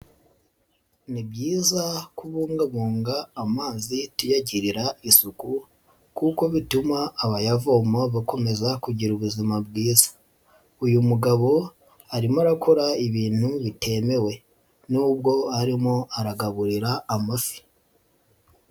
Ni byiza kubungabunga amazi tuyagirira isuku kuko bituma abayavoma bakomeza kugira ubuzima bwiza, uyu mugabo arimo arakora ibintu bitemewe n'ubwo arimo aragaburira amafi.